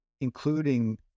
including